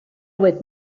with